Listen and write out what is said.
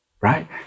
Right